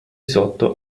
sotto